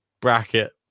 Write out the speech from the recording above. bracket